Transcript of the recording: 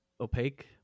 opaque